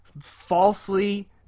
falsely